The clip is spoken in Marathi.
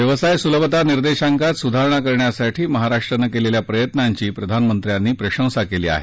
व्यवसाय सुलभता निर्देशांकात सुधारणा करण्यासाठी महाराष्ट्रानं केलेल्या प्रयत्नांची प्रधानमंत्र्यांनी प्रशंसा केली आहे